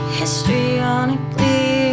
histrionically